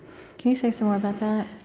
can you say some more about that?